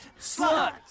slut